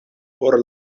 por